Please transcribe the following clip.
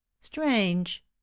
strange